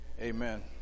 Amen